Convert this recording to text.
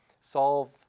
solve